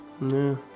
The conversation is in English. No